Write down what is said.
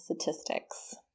statistics